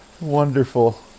wonderful